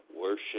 worship